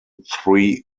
three